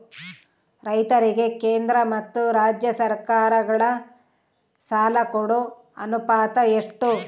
ರೈತರಿಗೆ ಕೇಂದ್ರ ಮತ್ತು ರಾಜ್ಯ ಸರಕಾರಗಳ ಸಾಲ ಕೊಡೋ ಅನುಪಾತ ಎಷ್ಟು?